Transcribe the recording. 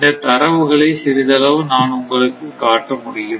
இந்த தரவுகளை சிறிதளவு நான் உங்களுக்கு காட்ட முடியும்